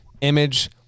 image